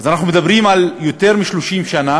אז אנחנו מדברים על יותר מ-30 שנה